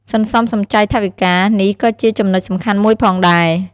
សន្សំសំចៃថវិកា: នេះក៏ជាចំណុចសំខាន់មួយផងដែរ។